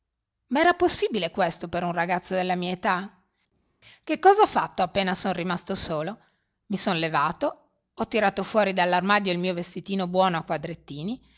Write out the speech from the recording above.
ma era possibile questo per un ragazzo della mia età che cosa ho fatto appena son rimasto solo i sono levato ho tirato fuori dall'armadio il mio vestitino buono a quadrettini